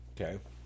Okay